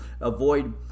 Avoid